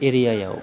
एरियायाव